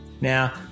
Now